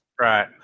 Right